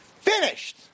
Finished